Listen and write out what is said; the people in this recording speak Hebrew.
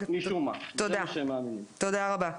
תודה רבה.